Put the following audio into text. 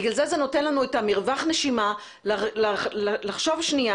לכן זה נותן לנו את מרווח הנשימה לחשוב שנייה